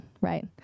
right